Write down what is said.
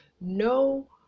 No